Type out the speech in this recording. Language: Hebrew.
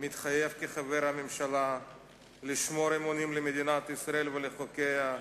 מתחייב כחבר הממשלה לשמור אמונים למדינת ישראל ולחוקיה,